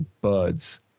buds